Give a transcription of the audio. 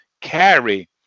Carry